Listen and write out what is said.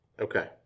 Okay